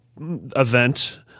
event